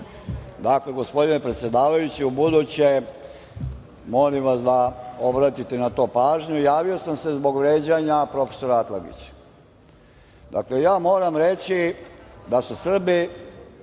Dakle, gospodine predsedavajući, u buduće molim vas da obratite na to pažnju. Javio sam se zbog vređanja profesora Atlagića. Dakle, ja moram reći da su Srbi